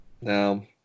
No